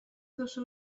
duzu